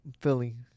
feeling